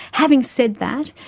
having said that,